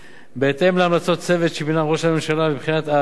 בהתאם להמלצות צוות שמינה ראש הממשלה לבחינת ההתאמות